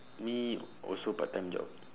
me also part-time job